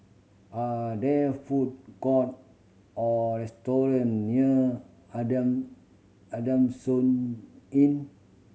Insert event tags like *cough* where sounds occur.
are there food court or restaurant near *unintelligible* Adamson Inn